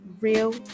real